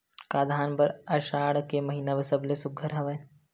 का धान बर आषाढ़ के महिना सबले सुघ्घर हवय?